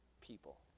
people